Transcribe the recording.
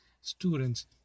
students